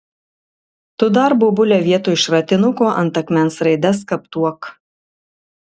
tu dar bobule vietoj šratinuko ant akmens raides skaptuok